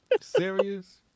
Serious